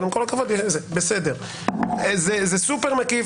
אבל עם כל הכבוד זה סופר מקיף.